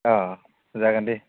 अह जागोन दे